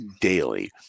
daily